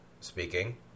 speaking